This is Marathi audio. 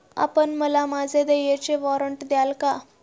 आपण मला माझे देयचे वॉरंट द्याल का?